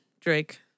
Drake